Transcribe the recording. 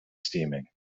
steaming